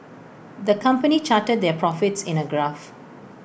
the company charted their profits in A graph